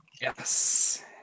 Yes